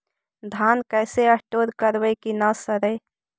धान कैसे स्टोर करवई कि न सड़ै?